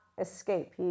escape